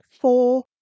four